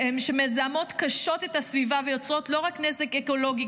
שמזהמות קשות את הסביבה ויוצרות לא רק נזק אקולוגי